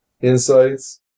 insights